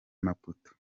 maputo